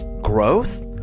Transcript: growth